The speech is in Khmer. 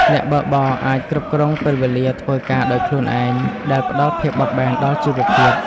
អ្នកបើកបរអាចគ្រប់គ្រងពេលវេលាធ្វើការដោយខ្លួនឯង ដែលផ្ដល់ភាពបត់បែនដល់ជីវភាព។